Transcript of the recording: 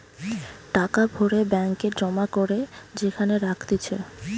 টাকা ভরে ব্যাঙ্ক এ জমা করে যেখানে রাখতিছে